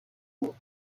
system